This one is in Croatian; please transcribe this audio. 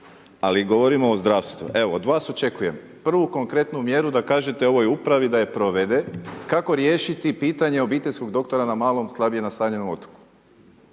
ali govorimo o zdravstvu. Evo od vas očekujem prvu konkretnu mjeru da kažete ovoj upravi da je provede kako riješiti pitanje obiteljskog doktora na malom, slabije nastanjenom otoku?